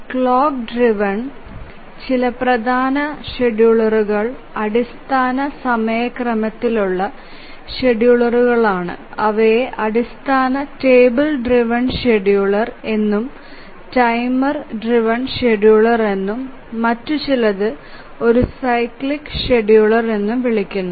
clock driven ചില പ്രധാന ഷെഡ്യൂളറുകൾ അടിസ്ഥാന സമയക്രമത്തിലുള്ള ഷെഡ്യൂളറുകളാണ് അവയെ അടിസ്ഥാന ടേബിൾ ഡ്രൈവ്എൻ ഷെഡ്യൂളർ എന്നും ടൈമർ ഡ്രൈവ്എൻ ഷെഡ്യൂളർ എന്നും മറ്റുചിലത് ഒരു സൈക്ലിക് ഷെഡ്യൂളർ എന്നും വിളിക്കുന്നു